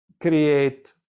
create